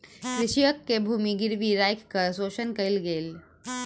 कृषक के भूमि गिरवी राइख के शोषण कयल गेल